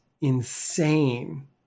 insane